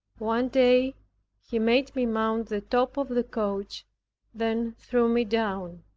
one day he made me mount the top of the coach then threw me down.